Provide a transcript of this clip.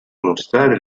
mostrare